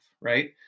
right